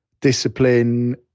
Discipline